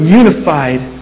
unified